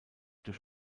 durch